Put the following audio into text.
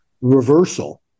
reversal